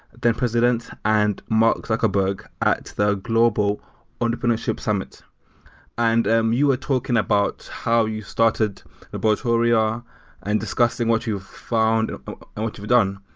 then president, and mark zuckerberg at the global entrepreneurship summit and um you were talking about how you started laboratoria and discussing what you've found and and what you've done.